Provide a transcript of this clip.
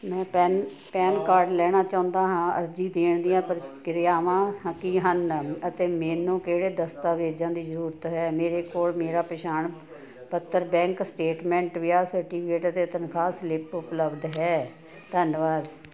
ਮੈਂ PAN PAN card ਲੈਣਾ ਚਾਹੁੰਦਾ ਹਾਂ ਅਰਜ਼ੀ ਦੇਣ ਦੀਆਂ ਪ੍ਰਕਿਰਿਆਵਾਂ ਕੀ ਹਨ ਅਤੇ ਮੈਨੂੰ ਕਿਹੜੇ ਦਸਤਾਵੇਜ਼ਾਂ ਦੀ ਜ਼ਰੂਰਤ ਹੈ ਮੇਰੇ ਕੋਲ ਮੇਰਾ ਪਛਾਣ ਪੱਤਰ ਬੈਂਕ ਸਟੇਟਮੈਂਟ ਵਿਆਹ ਸਰਟੀਫਿਕੇਟ ਅਤੇ ਤਨਖਾਹ ਸਲਿੱਪ ਉਪਲਬਧ ਹੈ ਧੰਨਵਾਦ